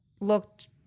looked